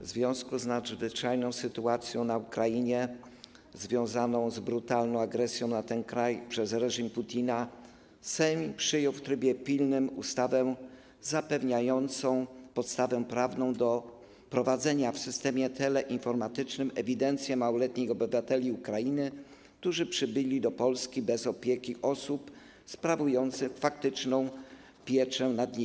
W związku z nadzwyczajną sytuacją na Ukrainie, związaną z brutalną agresją na ten kraj przez reżim Putina, Sejm przyjął w trybie pilnym ustawę zapewniającą podstawę prawną do prowadzenia w systemie teleinformatycznym ewidencji małoletnich obywateli Ukrainy, którzy przybyli do Polski bez opieki osób sprawujących faktyczną pieczę nad nimi.